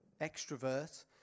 extrovert